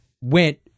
went